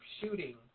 shooting